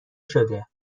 شده